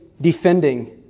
defending